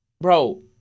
Bro